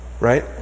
right